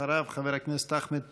אחריו, חבר הכנסת אחמד טיבי.